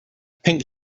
pink